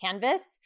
canvas